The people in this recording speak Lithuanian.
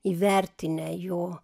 įvertinę jo